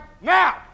now